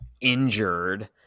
injured